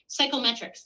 psychometrics